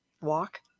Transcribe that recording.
walk